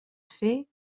fait